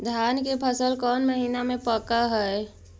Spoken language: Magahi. धान के फसल कौन महिना मे पक हैं?